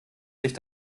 sich